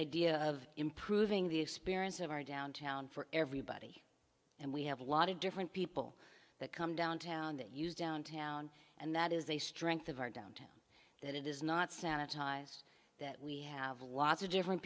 idea of improving the experience of our downtown for everybody and we have a lot of different people that come downtown that use downtown and that is a strength of our downtown that it is not sanitized that we have lots of different